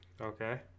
Okay